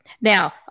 Now